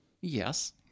Yes